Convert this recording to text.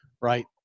right